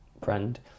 friend